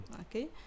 Okay